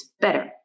better